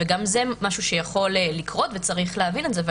גם זה משהו שצריך לקרות וצריך להבין את זה.